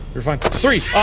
you're fine three!